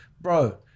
bro